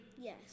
Yes